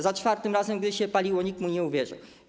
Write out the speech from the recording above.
Za czwartym razem, gdy się paliło, nikt mu nie uwierzył.